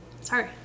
Sorry